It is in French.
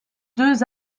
deux